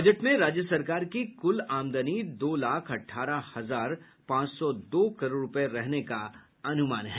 budget में राज्य सरकार की कुल आमदनी दो लाख अठारह हजार पांच सौ दो करोड़ रूपये रहने का अनुमान है